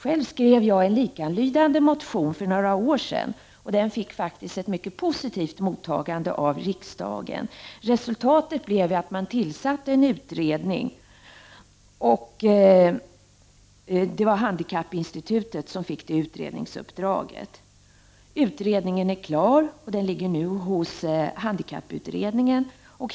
Jag skrev själv en likalydande motion för några år sedan, och den fick faktiskt ett mycket positivt mottagande av riksdagen. Resultatet blev att en utredning tillsattes. Det var handikappinstitutet som fick det utredningsuppdraget. Utredningen är klar, och den ligger nu hos handikapputredningen.